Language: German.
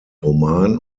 roman